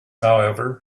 however